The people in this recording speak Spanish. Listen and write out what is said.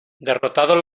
derrotados